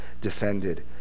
defended